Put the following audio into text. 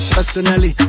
Personally